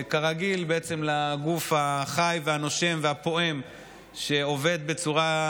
כרגיל, בעצם, לגוף החי, הנושם והפועם שעובד בצורה,